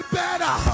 better